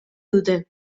dute